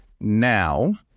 now